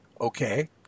Okay